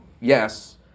yes